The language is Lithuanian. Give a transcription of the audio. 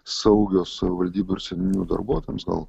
saugios savivaldybių ir seniūnijų darbuotojams gal